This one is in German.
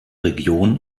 region